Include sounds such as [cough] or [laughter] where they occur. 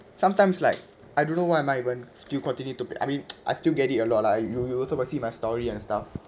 sometimes like I don't know why am I even still continue to be [noise] I mean I still get it a lot lah you you also got to see my story and stuff